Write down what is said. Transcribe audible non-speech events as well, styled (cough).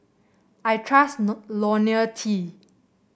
I trust (unintelligible) LoniL T